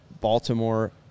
Baltimore